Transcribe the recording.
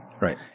Right